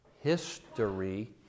History